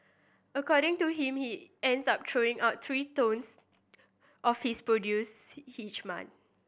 according to him he ends up throwing out three tonnes of his produce each month